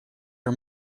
are